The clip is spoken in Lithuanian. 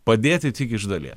padėti tik iš dalies